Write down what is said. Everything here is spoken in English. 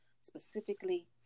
specifically